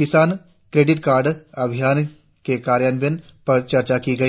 किसान credit card अभियान के क्रियान्वयन पर चर्चा की गई